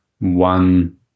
One